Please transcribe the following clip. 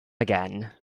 again